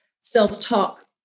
self-talk